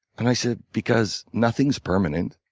and i say, because nothing's permanent.